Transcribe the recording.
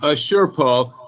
ah sure. paul.